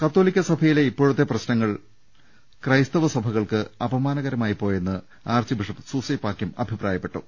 കതോലിക്കാ സഭയിലെ ഇപ്പോഴത്തെ സംഭവങ്ങൾ ക്രൈസ്തവ സഭകൾക്ക് അപമാനകരമായിപ്പോയെന്ന് ആർച്ച് ബിഷ്പ് സൂസെപാക്യം അഭിപ്രായപ്പെട്ടു